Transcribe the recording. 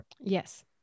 yes